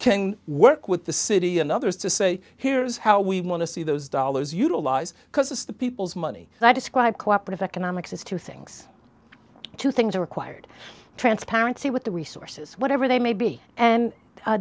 can work with the city and others to say here's how we want to see those dollars utilise because it's the people's money and i described co operative economics as two dollars things two things are required transparency with the resources whatever they may be and